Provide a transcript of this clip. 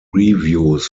reviews